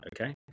okay